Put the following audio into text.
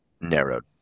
narrowed